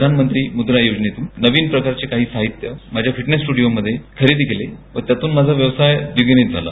प्रधानमध्यी मुद्रा योजनेमधून नवीन प्रकारचे साहित्य माझया फिटनेस स्टूडिओमध्ये खरेदी केली व त्यातून माझा व्यवसाय द्विगुणित झाला